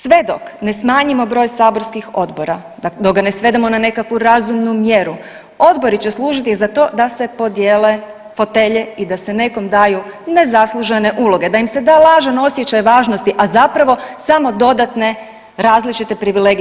Sve dok ne smanjimo broj saborskih odbora, dok ga ne svedemo na nekakvu razumu mjeru, odbori će služiti za to da se podijele fotelje i da se nekom daju nezaslužene uloge, da im se da lažan osjećaj važnosti, a zapravo samo dodatne različite privilegije.